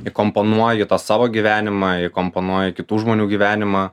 įkomponuoji į tą savo gyvenimą įkomponuoji į kitų žmonių gyvenimą